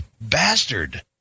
bastard